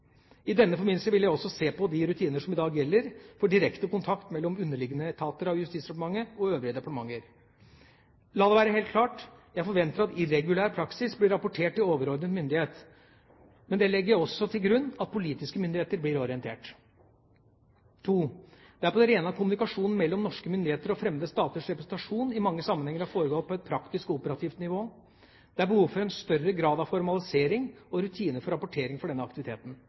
I denne forbindelse vil jeg også se på de rutiner som i dag gjelder for direkte kontakt mellom underliggende etater av Justisdepartementet og øvrige departementer. La det være helt klart: Jeg forventer at irregulær praksis blir rapportert til overordnet myndighet. Med det legger jeg også til grunn at politiske myndigheter blir orientert. Det er på det rene at kommunikasjon mellom norske myndigheter og fremmede staters representasjoner i mange sammenhenger har foregått på et praktisk og operativt nivå. Det er behov for en større grad av formalisering og rutiner for rapportering for denne aktiviteten.